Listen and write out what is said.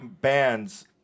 bands